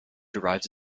derives